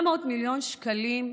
400 מיליון שקלים,